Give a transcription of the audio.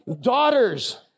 Daughters